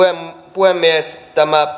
puhemies